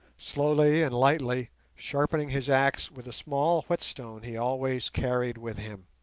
slowly and lightly sharpening his axe with a small whetstone he always carried with him.